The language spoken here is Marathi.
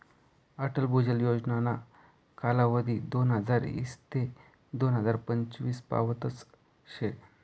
अटल भुजल योजनाना कालावधी दोनहजार ईस ते दोन हजार पंचवीस पावतच शे